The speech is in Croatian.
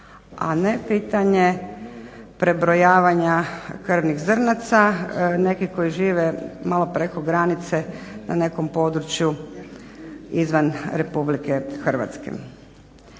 a ne pitanje prebrojavanja krvnih zrnaca, neki koji žive malo preko granice na nekom području izvan RH.